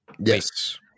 Yes